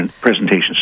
presentations